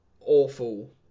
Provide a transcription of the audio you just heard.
awful